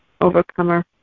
overcomer